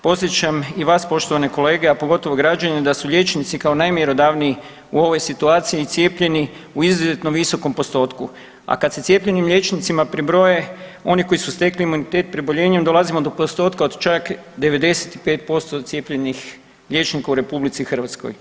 Podsjećam i vas poštovane kolege, a pogotovo građane da su liječnici kao najmjerodavniji u ovoj situaciji cijepljeni u izuzetno visokom postotku, a kada se cijepljenim liječnicima pribroje oni koji su stekli imunitet preboljenjem dolazimo do postotka od čak 95% cijepljenih liječnika u Republici Hrvatskoj.